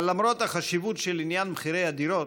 אבל למרות החשיבות של עניין מחירי הדירות,